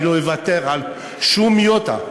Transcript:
אני לא אוותר על שום יוֹטָה,